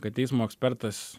kad teismo ekspertas